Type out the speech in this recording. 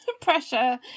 pressure